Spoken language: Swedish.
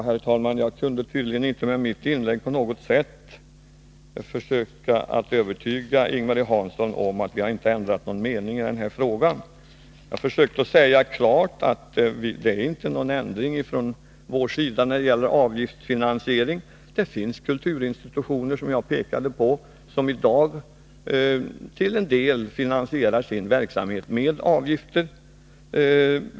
Herr talman! Jag kunde tydligen inte med mitt inlägg på något sätt övertyga Ing-Marie Hansson om att jag inte har ändrat mening i den här frågan. Jag försökte säga klart att det inte har skett någon ändring från vår sida när det gäller avgiftsfinansiering. Det finns, som jag påpekade, kulturinstitutioner, som i dag till en del finansierar sin verksamhet med avgifter.